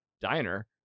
diner